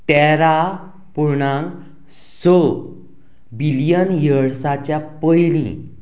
तेरा पूर्णांक स बिलयन यर्साच्या पयलीं